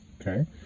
Okay